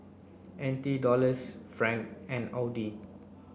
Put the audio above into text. N T Dollars Franc and AUD